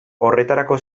horretarako